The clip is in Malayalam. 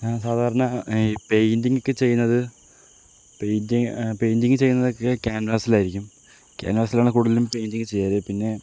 ഞാൻ സാധാരണ ഈ പെയിൻറ്റിങ്ങൊക്കെ ചെയ്യുന്നത് പെയിൻറ്റിങ് പെയിൻറ്റിങ് ചെയ്യുന്നതൊക്കെ ക്യാൻവാസിൽ ആയിരിക്കും ക്യാൻവാസിലാണ് കൂടുതലും പെയിൻറ്റിങ് ചെയ്യാറ് പിന്നെ